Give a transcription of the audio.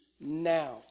now